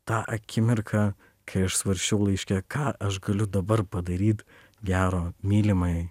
tą akimirką kai aš svarsčiau laiške ką aš galiu dabar padaryt gero mylimajai